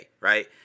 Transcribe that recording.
right